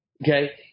Okay